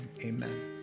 amen